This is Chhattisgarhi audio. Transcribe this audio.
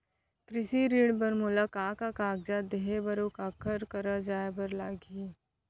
कृषि ऋण बर मोला का का कागजात देहे बर, अऊ काखर करा जाए बर लागही?